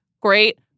great